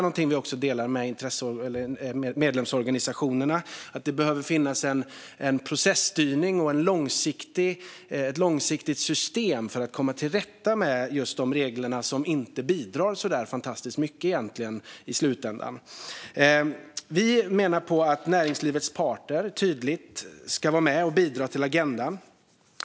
Något som vi också delar med medlemsorganisationerna är att det behövs en processtyrning och ett långsiktigt system för att komma till rätta med regler som inte bidrar så fantastiskt mycket i slutändan. Vi menar att näringslivets parter tydligt ska vara med och bidra till agendan.